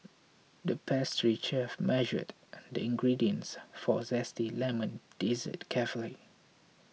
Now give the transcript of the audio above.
the pastry chef measured the ingredients for a Zesty Lemon Dessert carefully